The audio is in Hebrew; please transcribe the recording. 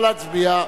נא להצביע.